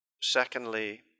secondly